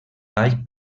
ball